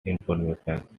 information